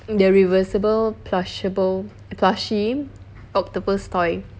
the reversible plausible plushie octopus toy